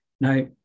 Now